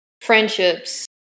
friendships